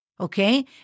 okay